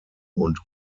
und